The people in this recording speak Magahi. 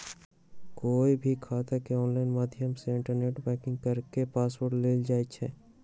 कोई भी खाता के ऑनलाइन माध्यम से इन्टरनेट बैंकिंग करके पासवर्ड लेल जाई छई